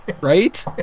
Right